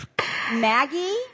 Maggie